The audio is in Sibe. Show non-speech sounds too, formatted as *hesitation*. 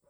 *hesitation*